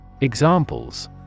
Examples